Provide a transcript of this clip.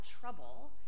trouble